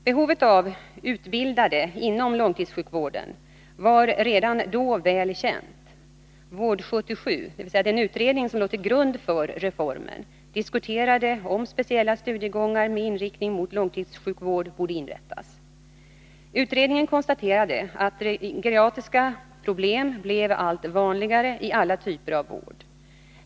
Behovet av utbildade inom långtidssjukvården var redan då väl känt. Vård 77, den utredning som låg till grund för reformen, diskuterade om speciella studiegångar med inriktning mot långtidssjukvård borde inrättas. Utredningen konstaterade att geriatriska problem blir allt vanligare i alla typer av vård.